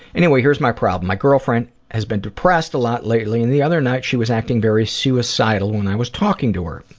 anyway, here's my problem my girlfriend has been depressed a lot lately, and the other night she was acting very suicidal when i was talking to her.